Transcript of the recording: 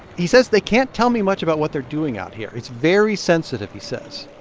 he says they can't tell me much about what they're doing out here. it's very sensitive, he says.